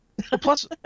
Plus